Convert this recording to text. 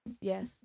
Yes